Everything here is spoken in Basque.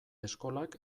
eskolak